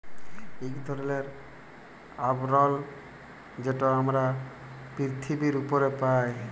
ইক ধরলের আবরল যেট আমরা পিরথিবীর উপরে পায়